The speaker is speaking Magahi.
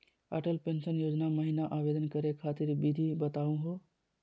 अटल पेंसन योजना महिना आवेदन करै खातिर विधि बताहु हो?